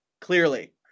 clearly